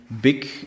big